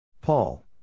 Paul